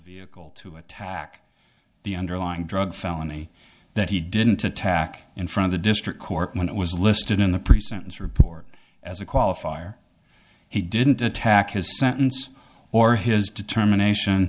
vehicle to attack the underlying drug felony that he didn't attack and from the district court when it was listed in the pre sentence report as a qualifier he didn't attack his sentence or his determination